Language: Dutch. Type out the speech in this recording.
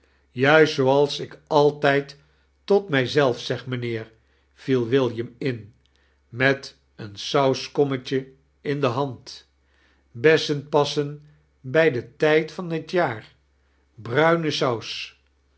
juist zooals ik altijd tot mij zelf zeg mijnheer viel william in met een sauskommetje in de hand bessen passen bij den tijd van het jaair bruine saus